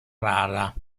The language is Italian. rara